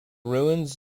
ruins